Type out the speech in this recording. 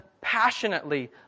passionately